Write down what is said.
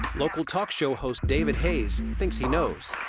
local talk-show host david hayes thinks he knows.